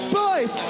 boys